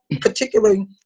particularly